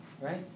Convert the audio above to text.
right